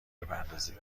بپردازید